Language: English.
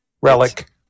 relic